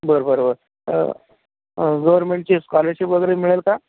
बरं बरं बरं गव्हर्मेंटची स्कॉलरशिप वगैरे मिळेल का